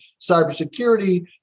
cybersecurity